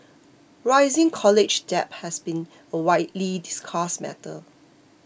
rising college debt has been a widely discussed matter